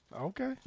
okay